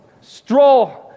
straw